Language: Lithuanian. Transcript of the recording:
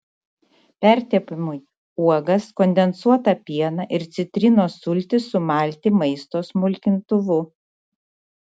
pertepimui uogas kondensuotą pieną ir citrinos sultis sumalti maisto smulkintuvu